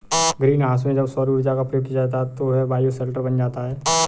green house में जब सौर ऊर्जा का प्रयोग किया जाता है तो वह बायोशेल्टर बन जाता है